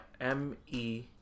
M-E